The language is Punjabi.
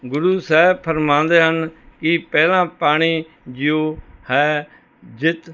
ਗੁਰੂ ਸਾਹਿਬ ਫਰਮਾਉਂਦੇ ਹਨ ਕਿ ਪਹਿਲਾਂ ਪਾਣੀ ਜੀਉ ਹੈ ਜਿਤੁ